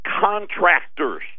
contractors